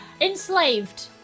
enslaved